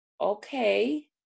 okay